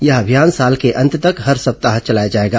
यह अभियान साल के अंत तक हर सप्ताह चलाया जाएगा